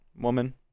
woman